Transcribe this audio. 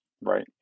Right